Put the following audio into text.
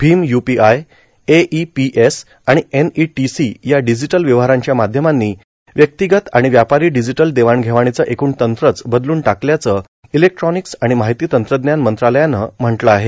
Bhim UPI AEPS आर्ाण NETC या digital व्यवहारांच्या माध्यमांनी व्यक्तीगत र्आण व्यापारो डिजिटल देवाण घेवाणीचं एकूण तंत्रच बदलून टाकल्याचं इलेक्ट्रॉनक्स र्आण मार्माहती तंत्रज्ञान मंत्रालयानं म्हटलं आहे